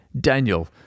Daniel